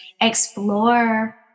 explore